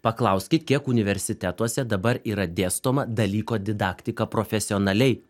paklauskit kiek universitetuose dabar yra dėstoma dalyko didaktika profesionaliai